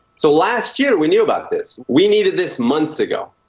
so last year, we knew about this. we needed this months ago.